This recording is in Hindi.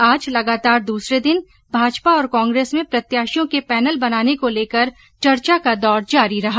आज लगातार दूसरे दिन भाजपा और कांग्रेस में प्रत्याशियों के पैनल बनाने को लेकर चर्चा का दौर जारी रहा